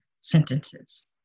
sentences